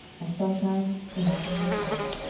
and sometimes, in agony of heart,